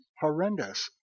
horrendous